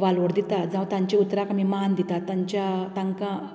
वालोर दिता जावं तांच्या उतराक आमी मान दितात तांच्या तांकां